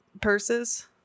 purses